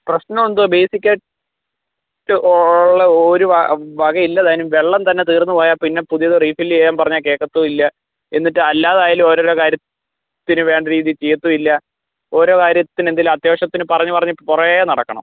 പ്രശ്നമെന്തുവാണ് ബേസിക്കയിട്ട് ഉള്ള ഒരു വക ഇല്ലതാനും വെള്ളം തന്നെ തീർന്നു പോയാൽ പിന്നെ പുതിയത് റീഫില്ല് ചെയ്യാൻ പറഞ്ഞ കേൾക്കത്തും ഇല്ല എന്നിട്ട് അല്ലാതായാലും ഓരോരോ കാര്യത്തിനു വേണ്ട രീതിയിൽ ചെയ്യത്തുമില്ല ഓരോ കാര്യത്തിന് എന്തേലും അത്യാവശ്യത്തിന് പറഞ്ഞ് പറഞ്ഞ് കുറെ നടക്കണം